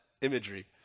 imagery